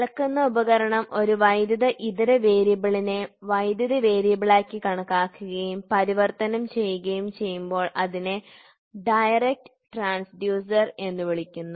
അളക്കുന്ന ഉപകരണം ഒരു വൈദ്യുത ഇതര വേരിയബിളിനെ വൈദ്യുത വേരിയബിളായി കണക്കാക്കുകയും പരിവർത്തനം ചെയ്യുകയും ചെയ്യുമ്പോൾ അതിനെ ഡയറക്ട് ട്രാൻസ്ഡ്യൂസർ എന്ന് വിളിക്കുന്നു